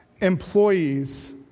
employees